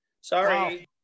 Sorry